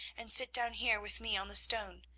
and sit down here with me on the stone.